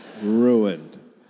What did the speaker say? Ruined